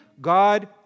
God